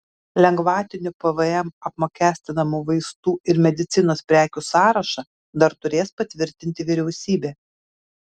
lengvatiniu pvm apmokestinamų vaistų ir medicinos prekių sąrašą dar turės patvirtinti vyriausybė